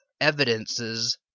evidences